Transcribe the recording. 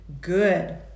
good